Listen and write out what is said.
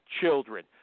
children